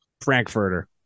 Frankfurter